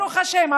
ברוך השם,